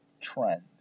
trend